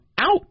out